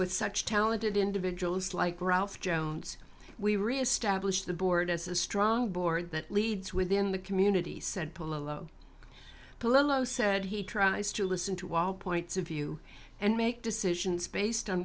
with such talented individuals like ralph jones we reestablished the board as a strong board that leads within the community said polo polo said he tries to listen to all points of view and make decisions based on